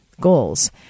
goals